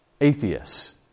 atheists